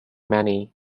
many